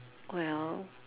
well